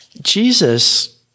Jesus